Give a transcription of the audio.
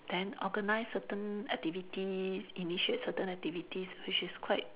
then organise certain activities initiate certain activities which is quite